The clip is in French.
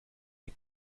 des